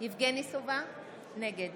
יבגני סובה, נגד